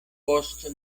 post